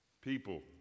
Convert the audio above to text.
People